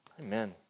Amen